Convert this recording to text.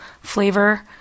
flavor